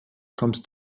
kommst